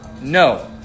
No